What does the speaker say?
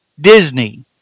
Disney